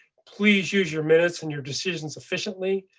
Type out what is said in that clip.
please use your minutes and your decision sufficiently.